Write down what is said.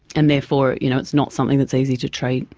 and therefore you know it's not something that is easy to treat.